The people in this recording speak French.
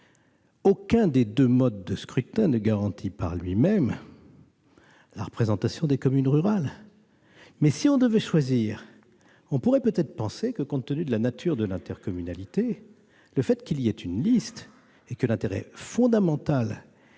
Aucun des deux modes de scrutin ne garantit par lui-même la représentation des communes rurales. Si l'on devait choisir, on pourrait penser que, compte tenu de la nature de l'intercommunalité, le fait qu'il y ait une liste et que l'intérêt fondamental